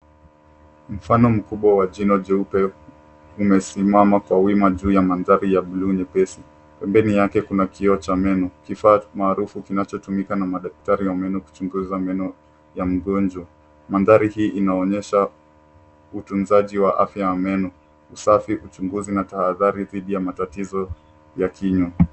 Mfano mkubwa wa jino jeupe, umesimama kwa wima juu ya mandhari ya bluu nyepesi. Pembeni yake kuna kioo cha meno, kifaa maarufu kinachotumika na madaktari wa meno kuchunguza meno ya mgonjwa. Mandhari hii inaonyesha utunzaji wa afya ya meno, usafi, uchunguzi, na tahadhari dhidi ya matatizo ya kinywa.